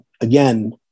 again